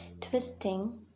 twisting